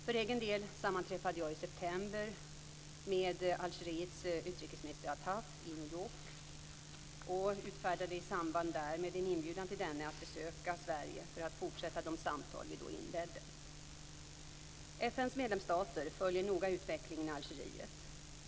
För egen del sammanträffade jag i september med Algeriets utrikesminister Attaf i New York och utfärdade i samband därmed en inbjudan till denne att besöka Sverige för att fortsätta de samtal vi då inledde. FN:s medlemsstater följer noga utvecklingen i Algeriet.